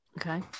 Okay